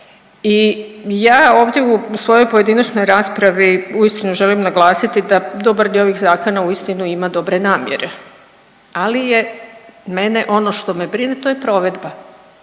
I ja ovdje u svojoj pojedinačnoj raspravi uistinu želim naglasiti da dobar dio ovih zakona uistinu ima dobre namjere, ali je mene, ono što me brine to je provedba